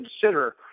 consider